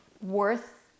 worth